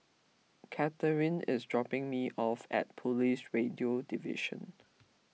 Kathrine is dropping me off at Police Radio Division